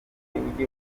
n’abazungu